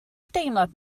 deimlad